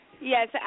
Yes